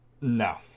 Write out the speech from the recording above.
no